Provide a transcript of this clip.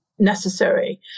necessary